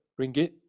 ringgit